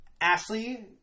Ashley